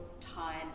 time